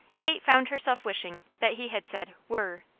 kate found herself wishing that he had said were.